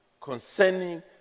concerning